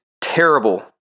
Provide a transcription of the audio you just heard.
terrible